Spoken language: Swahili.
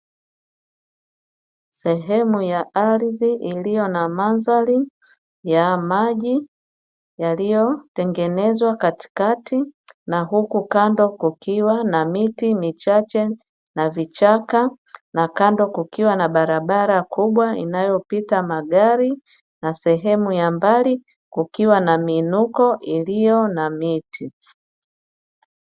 Sehemu ya ardhi iliyo na mandhari ya maji yaliyotengenezwa katikati, na huku kando kukiwa na miti michache na vichaka, na kando kukiwa na barabara inayopita magari na sehemu ya mbali kukiwa na miinuko iliyo na miti.